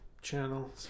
channel